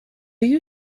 you